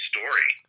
Story